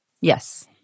Yes